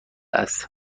است